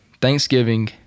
thanksgiving